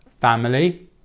family